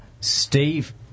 Steve